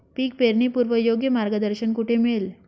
पीक पेरणीपूर्व योग्य मार्गदर्शन कुठे मिळेल?